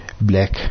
black